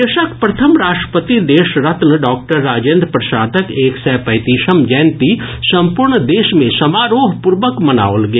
देशक प्रथम राष्ट्रपति देशरत्न डॉक्टर राजेंद्र प्रसादक एक सय पैंतीसम् जयंती सम्पूर्ण देश मे समारोहपूर्वक मनाओल गेल